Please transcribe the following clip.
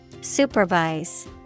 Supervise